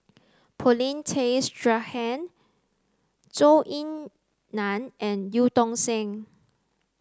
Paulin Tay Straughan Zhou Ying Nan and Eu Tong Sen